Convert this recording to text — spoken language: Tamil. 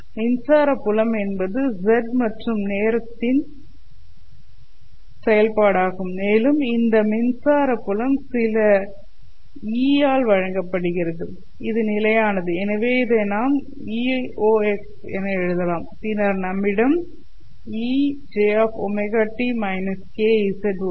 மின்சார புலம் என்பது z மற்றும் நேரத்தின் செயல்பாடாகும் மேலும் இந்த மின்சார புலம் சில E0 ஆல் வழங்கப்படுகிறது இது நிலையானது எனவே இதை நாம் Eox என எழுதலாம் பின்னர்நம்மிடம் ejωt−kz உள்ளது